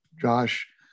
josh